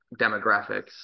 demographics